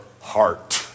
heart